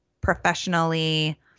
professionally